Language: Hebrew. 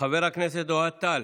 חבר הכנסת אוהד טל,